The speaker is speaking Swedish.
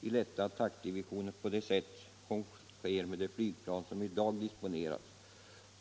i lätta attackdivisioner på det sätt som sker med de skolflygplan som i dag disponeras.